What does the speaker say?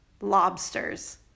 Lobsters